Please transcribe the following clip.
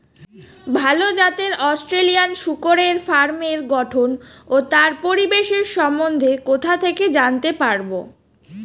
ভাল জাতের অস্ট্রেলিয়ান শূকরের ফার্মের গঠন ও তার পরিবেশের সম্বন্ধে কোথা থেকে জানতে পারবো?